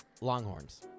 Longhorns